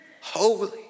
holy